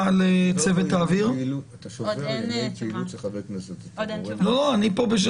חבר הכנסת מקלב, שבינך לביני יש תחרות סמויה על